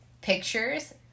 pictures